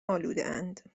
آلودهاند